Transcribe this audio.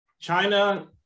China